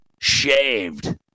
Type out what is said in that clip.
shaved